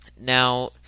Now